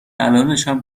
الانشم